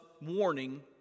warning